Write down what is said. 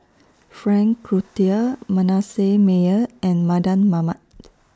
Frank Cloutier Manasseh Meyer and Mardan Mamat